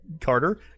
Carter